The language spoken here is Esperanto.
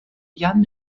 jam